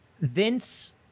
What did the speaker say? Vince